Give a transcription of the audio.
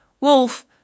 Wolf